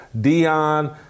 Dion